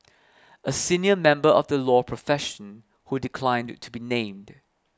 a senior member of the law profession who declined to be named